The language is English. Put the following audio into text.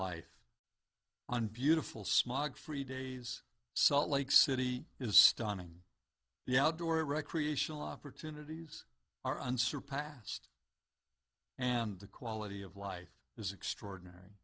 life and beautiful smog free days salt lake city is stunning the outdoor recreational opportunities are unsurpassed and the quality of life is extraordinary